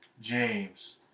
James